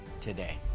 today